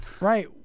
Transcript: Right